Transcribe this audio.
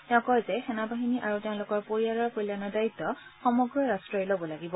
তেওঁ কয় যে সেনা বাহিনী আৰু তেওঁলোকৰ পৰিয়লাৰ কল্যাণৰ দায়িত্ব সমগ্ৰ ৰাট্টই ল'ব লাগে